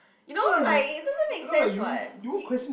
you know like it doesn't make sense [what]